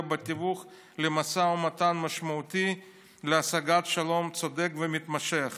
בתיווך למשא ומתן משמעותי להשגת שלום צודק ומתמשך";